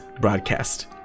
broadcast